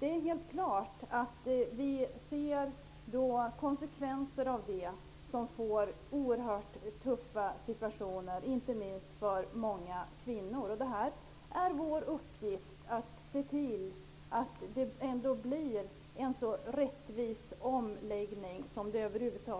Det är klart att det får konsekvenser som innebär att det blir oerhört tufft, inte minst för många kvinnor. Det är vår uppgift att se till att det ändå blir en så rättvis omläggning som möjligt.